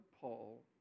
Paul